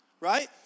right